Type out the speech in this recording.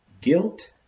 Guilt